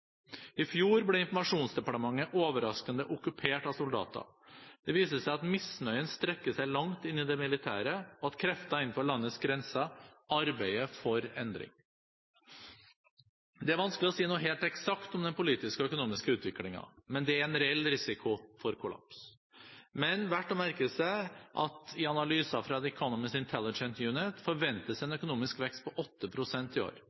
I fjor ble Informasjonsdepartementet overraskende okkupert av soldater. Det viser seg at misnøyen strekker seg langt inn i det militære, og at krefter innenfor landets grenser arbeider for endring. Det er vanskelig å si noe helt eksakt om den politiske og økonomiske utviklingen, men det er en reell risiko for kollaps. Men det er verdt å merke seg at i analyser fra The Economist Intelligence Unit forventes en økonomisk vekst på 8 pst. i år.